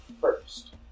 first